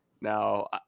Now